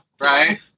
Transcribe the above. Right